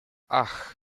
ach